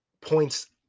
points